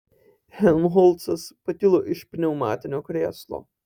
helmholcas pakilo iš pneumatinio krėslo